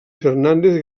fernández